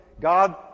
God